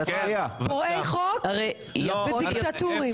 פורעי חוק ודיקטטורים.